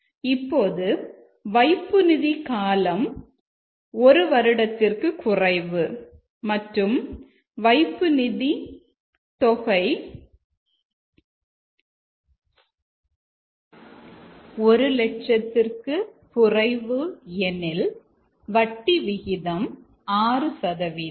இப்போது வைப்புநிதி காலம் 1 வருடம் மற்றும் வைப்பு நிதி தொகை 1 லட்சம் எனில் வட்டி விகிதம் 6 சதவீதம்